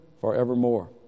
forevermore